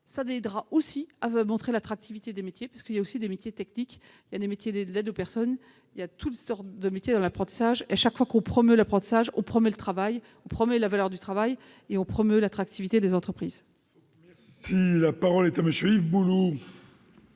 permettra aussi de montrer l'attractivité des métiers, y compris les métiers techniques et ceux de l'aide aux personnes. Il y a toutes sortes de métiers dans l'apprentissage, et chaque fois qu'on promeut l'apprentissage, on promeut le travail, on promeut la valeur du travail et on promeut l'attractivité des entreprises. La parole est à M. Yves Bouloux.